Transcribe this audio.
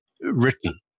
written